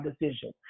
decision